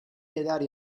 neler